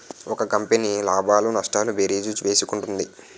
ఒక కంపెనీ లాభాలు నష్టాలు భేరీజు వేసుకుంటుంది